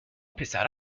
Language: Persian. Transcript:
پسر